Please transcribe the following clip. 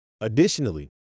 Additionally